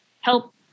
help